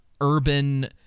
urban